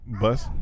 bus